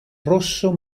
rosso